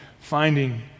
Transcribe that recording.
finding